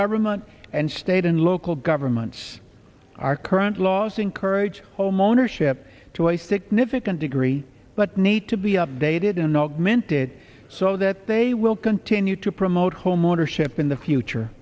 government and state and local governments our current laws encourage homeownership joystick nitpick and degree but need to be updated in augmented so that they will continue to promote homeownership in the future